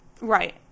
Right